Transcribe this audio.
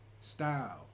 style